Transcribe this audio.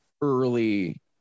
early